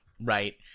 right